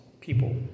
people